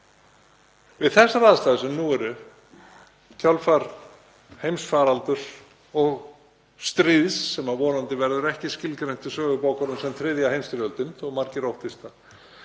Við þessar aðstæður sem nú eru í kjölfar heimsfaraldurs og stríðs, sem vonandi verður ekki skilgreint í sögubókunum sem þriðja heimsstyrjöldin þó að margir óttist